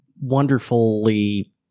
wonderfully